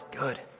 good